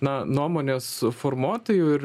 na nuomonės formuotojų ir